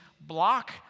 block